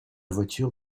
voiture